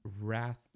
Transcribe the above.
wrath